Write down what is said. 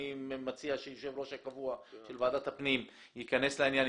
אני מציע שיושב הראש הקבוע של ועדת הפנים ייכנס לעניין,